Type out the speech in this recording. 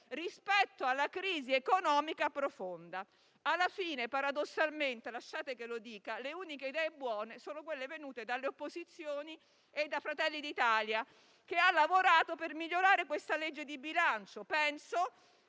rispetto alla crisi economica profonda. Paradossalmente, lasciate che dica che, alla fine, le uniche idee buone sono quelle venute dalle opposizioni e da Fratelli d'Italia, che ha lavorato per migliorare questa legge di bilancio. Tra